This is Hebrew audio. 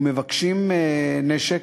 ומבקשים נשק,